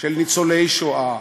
של ניצולי השואה,